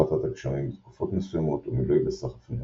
הפחתת הגשמים בתקופות מסוימות ומילוי בסחף נהרות.